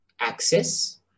access